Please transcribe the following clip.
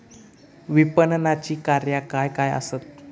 विपणनाची कार्या काय काय आसत?